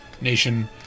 Nation